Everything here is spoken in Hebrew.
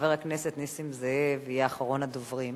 חבר הכנסת נסים זאב יהיה אחרון הדוברים